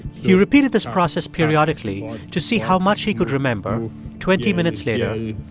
he repeated this process periodically to see how much he could remember twenty minutes later,